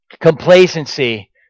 complacency